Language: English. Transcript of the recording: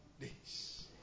days